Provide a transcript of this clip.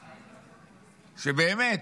שבאמת,